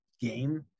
game